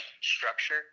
structure